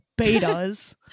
betas